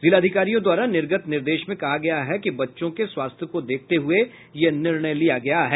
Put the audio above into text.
जिलाधिकारियों द्वारा निर्गत निर्देश में कहा गया है कि बच्चों के स्वास्थ्य को देखते हुए यह निर्णय लिया गया है